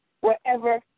wherever